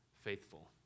faithful